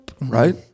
right